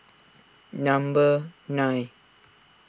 number nine